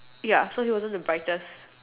ya so he wasn't the brightest